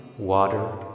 water